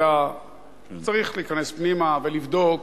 אלא צריך להיכנס פנימה, ולבדוק,